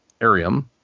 Arium